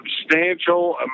substantial